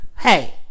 Hey